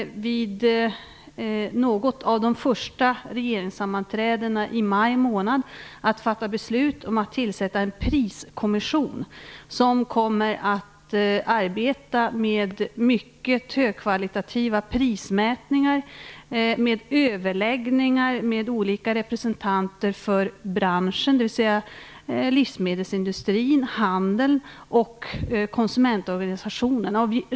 Vid något av de första regeringssammanträdena i maj månad kommer vi att fatta beslut om att tillsätta en priskommission som kommer att arbeta med mycket högkvalitativa prismätningar och ha överläggningar med olika representanter för branschen, dvs. livsmedelsindustrin, handeln och konsumentorganisationerna.